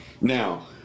Now